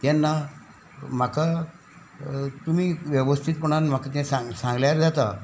तेन्ना म्हाका तुमी वेवस्थीतपणान म्हाका तें सांग सांगल्यार जाता